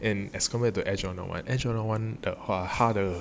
and as compared to air jordan one air jordan one 的话他的